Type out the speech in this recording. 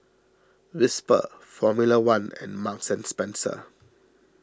Whisper Formula one and Marks Spencer